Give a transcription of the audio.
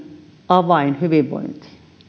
avain hyvinvointiin